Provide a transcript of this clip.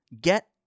Get